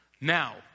Now